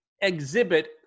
exhibit